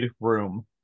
room